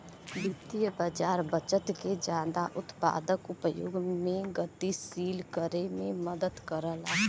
वित्तीय बाज़ार बचत के जादा उत्पादक उपयोग में गतिशील करे में मदद करला